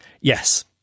Yes